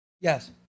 Yes